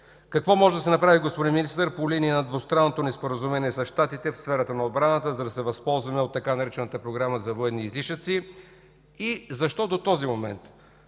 Какво може да се направи, господин Министър, по линия на двустранното ни споразумение с Щатите в сферата на отбраната, за да се възползваме от така наречената програма за военни излишъци? И защо до този момент,